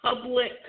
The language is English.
public